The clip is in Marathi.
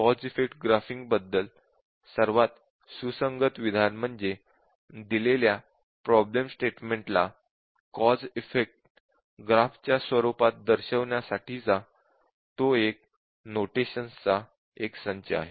कॉझ इफेक्ट ग्राफिन्ग बद्दल सर्वात सुसंगत विधान म्हणजे दिलेल्या प्रॉब्लेम स्टेटमेंट ला कॉझ इफेक्ट ग्राफ च्या स्वरूपात दर्शविण्यासाठीचा तो नोटेशनचा एक संच आहे